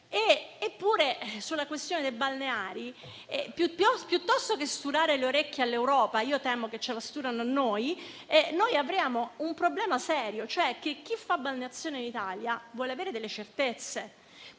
eppure, sulla questione dei balneari, piuttosto che sturare le orecchie all'Europa temo le sturino a noi, per cui abbiamo un problema serio. Intendo dire che chi fa balneazione in Italia vuole avere delle certezze,